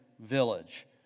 village